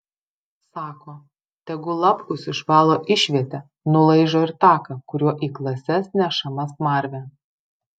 sako tegu lapkus išvalo išvietę nulaižo ir taką kuriuo į klases nešama smarvė